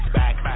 back